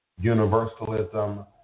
universalism